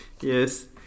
Yes